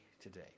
today